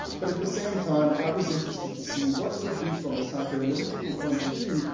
but at the same time i was interested to see what could we, from a psychoanalytical point of view,